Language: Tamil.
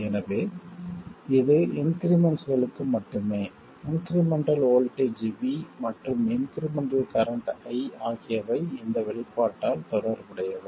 எனவே இது இன்க்ரிமெண்ட்ஸ்களுக்கு மட்டுமே இன்க்ரிமெண்ட்டல் வோல்ட்டேஜ் v மற்றும் இன்க்ரிமெண்ட்டல் கரண்ட் i ஆகியவை இந்த வெளிப்பாட்டால் தொடர்புடையவை